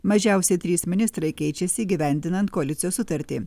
mažiausiai trys ministrai keičiasi įgyvendinant koalicijos sutartį